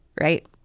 Right